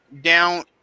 down